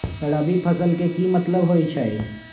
रबी फसल के की मतलब होई छई?